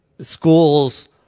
schools